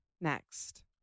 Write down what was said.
next